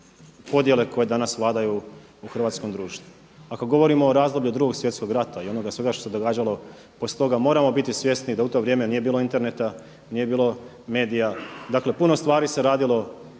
podjele koje danas vladaju u hrvatskom društvu. Ako govorimo o razdoblju Drugog svjetskog rata i onoga svega što se događalo poslije toga, moramo biti svjesni da u to vrijeme nije bilo interneta, nije bilo medija, dakle puno stvari se radilo